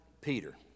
Peter